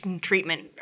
treatment